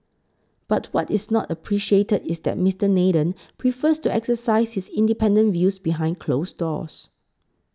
but what is not appreciated is that Mister Nathan prefers to exercise his independent views behind closed doors